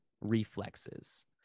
reflexes